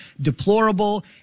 deplorable